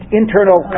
internal